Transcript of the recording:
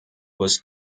was